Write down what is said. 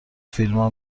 فیلما